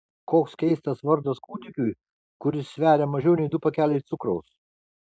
koks keistas vardas kūdikiui kuris sveria mažiau nei du pakeliai cukraus